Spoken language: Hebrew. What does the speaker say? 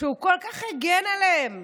שהוא כל כך הגן עליהם,